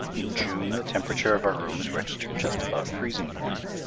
in june the temperature of our rooms registered just above freezing point,